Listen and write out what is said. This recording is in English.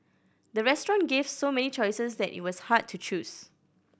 the restaurant gave so many choices that it was hard to choose